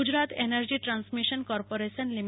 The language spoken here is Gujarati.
ગુજરાત એનર્જી ટ્રાન્સમિશન કોર્પોરેશન લિ